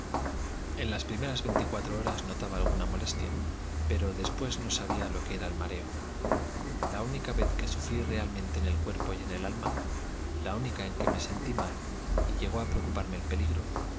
en las primeras veinticuatro horas notaba alguna molestia pero después no sabía lo que era el mareo la única vez que sufrí realmente en el cuerpo y en el alma la única en que me sentí mal y llegó a preocuparme el peligro